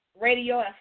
Radio